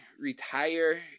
retire